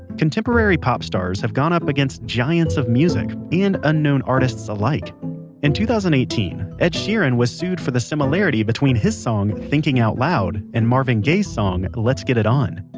contemporary pop stars have gone up against giants of music and unknown artists alike in two thousand and eighteen ed sheeran was sued for the similarity between his song thinking out loud and marvin gaye's song let's get it on.